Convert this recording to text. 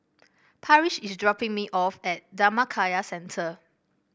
Parrish is dropping me off at Dhammakaya Centre